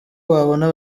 babona